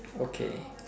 okay